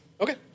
Okay